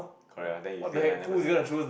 correct what then you still have nine nine percent chance